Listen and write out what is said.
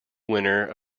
winner